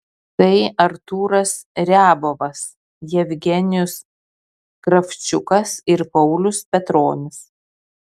tai artūras riabovas jevgenijus kravčiukas ir paulius petronis